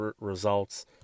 results